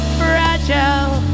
fragile